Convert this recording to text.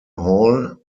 hall